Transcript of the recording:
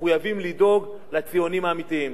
מחויבים לדאוג לציונים האמיתיים.